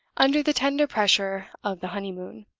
under the tender pressure of the honey-moon.